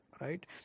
right